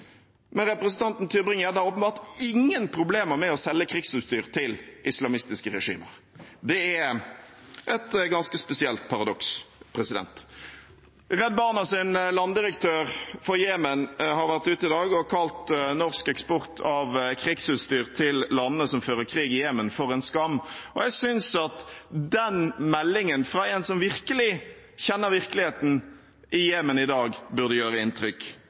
men representanten Tybring-Gjedde har åpenbart ingen problemer med å selge krigsutstyr til islamistiske regimer. Det er et ganske spesielt paradoks. Redd Barnas landdirektør for Jemen har vært ute i dag og kalt norsk eksport av krigsutstyr til landene som fører krig i Jemen, for en skam, og jeg synes at den meldingen fra en som virkelig kjenner virkeligheten i Jemen i dag, burde gjøre inntrykk